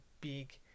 big